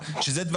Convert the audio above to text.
זה הכול.